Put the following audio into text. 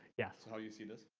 yes. oh you see this?